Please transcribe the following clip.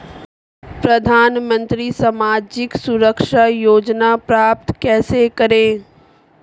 प्रधानमंत्री सामाजिक सुरक्षा योजना प्राप्त कैसे करें?